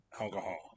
alcohol